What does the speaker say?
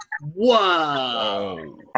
whoa